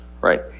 right